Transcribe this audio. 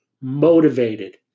motivated